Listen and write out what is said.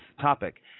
topic